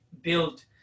build